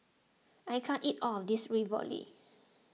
I can't eat all of this Ravioli